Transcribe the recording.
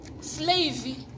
slave